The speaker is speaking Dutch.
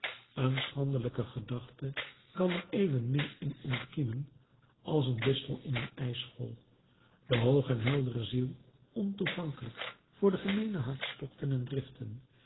een schandelijke gedachte kan er evenmin in ontkiemen als een distel in een ijsschol de hooge en heldere ziel ontoegankelijk voor de gemeene hartstochten en driften